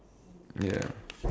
ya